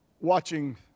watching